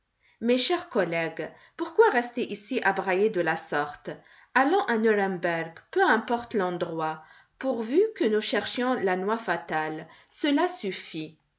mais cher collègue pourquoi rester ici à brailler de la sorte allons à nuremberg peu importe l'endroit pourvu que nous cherchions la noix fatale cela suffit